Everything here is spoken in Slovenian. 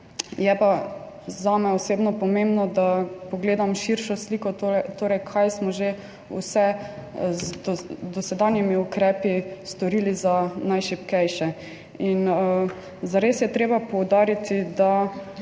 je pa zame osebno pomembno, da pogledam širšo sliko, torej kaj vse smo že z dosedanjimi ukrepi storili za najšibkejše. Zares je treba poudariti, da